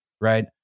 right